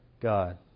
God